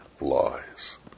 lies